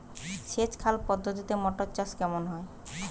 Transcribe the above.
সেচ খাল পদ্ধতিতে মটর চাষ কেমন হবে?